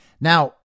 Now